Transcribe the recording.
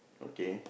okay